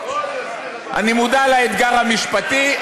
אני מודע לאתגר המשפטי,